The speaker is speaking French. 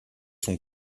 son